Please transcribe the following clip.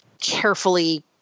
carefully